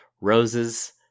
roses